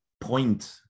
point